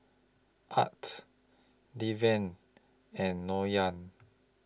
Art Deven and